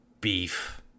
beef